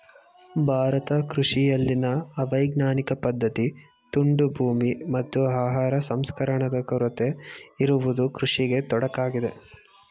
ಭಾರತ ಕೃಷಿಯಲ್ಲಿನ ಅವೈಜ್ಞಾನಿಕ ಪದ್ಧತಿ, ತುಂಡು ಭೂಮಿ, ಮತ್ತು ಆಹಾರ ಸಂಸ್ಕರಣಾದ ಕೊರತೆ ಇರುವುದು ಕೃಷಿಗೆ ತೊಡಕಾಗಿದೆ